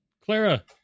Clara